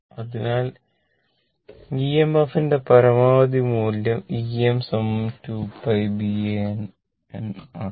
അതിനാൽ ഇഎംഎഫിന്റെ പരമാവധി മൂല്യം Em 2 π B A n N ആണ്